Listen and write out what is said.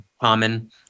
common